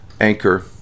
Anchor